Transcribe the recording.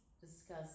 discuss